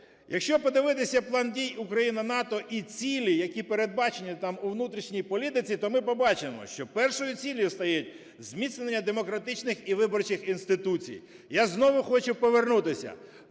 Якщо подивитися План дій "Україна – НАТО" і цілі, які передбачені там у внутрішній політиці, то ми побачимо, що першою ціллю стоїть зміцнення демократичних і виборчих інституцій. Я знову хочу повернутися,